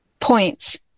points